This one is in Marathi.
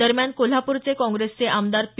दरम्यान कोल्हापूरचे काँग्रेसचे आमदार पी